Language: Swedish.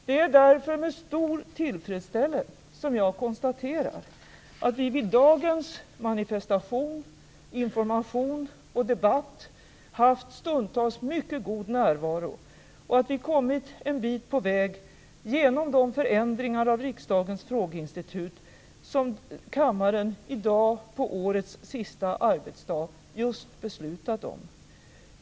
Det är därför med stor tillfredsställelse som jag konstaterar att vi vid dagens manifestation, information och debatt haft stundtals mycket god närvaro och att vi, genom de förändringar av riksdagens frågeinstitut som kammaren i dag på årets sista arbetsdag just har beslutat om, har kommit en bit på väg.